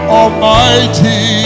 almighty